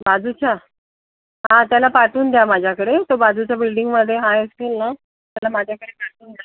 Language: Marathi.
बाजूच्या हां त्याला पाठवून द्या माझ्याकडे तो बाजूच्या बिल्डिंगमध्ये आहे असतील ना त्याला माझ्याकडे पाठवून द्या